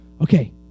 Okay